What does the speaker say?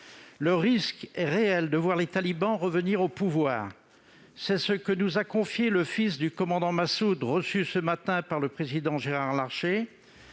le risque est réel de voir les talibans revenir au pouvoir. C'est ce que nous a confié le fils du commandant Massoud, reçu ce matin par le président Gérard Larcher.